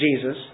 Jesus